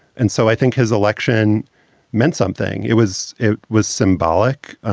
and so i think his election meant something. it was it was symbolic.